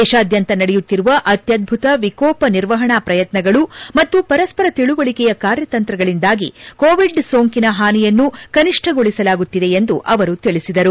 ದೇಶಾದ್ಯಂತ ನಡೆಯುತ್ತಿರುವ ಅತ್ನದ್ಲುತ ವಿಕೋಪ ನಿರ್ವಹಣಾ ಪ್ರಯತ್ನಗಳು ಮತ್ತು ಪರಸ್ಪರ ತಿಳುವಳಿಕೆಯ ಕಾರ್ಯತಂತ್ರಗಳಿಂದಾಗಿ ಕೋವಿಡ್ ಸೋಂಕಿನ ಹಾನಿಯನ್ನು ಕನಿಷ್ಣಗೊಳಿಸಲಾಗುತ್ತಿದೆ ಎಂದು ಅವರು ತಿಳಿಸಿದರು